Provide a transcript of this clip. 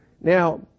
Now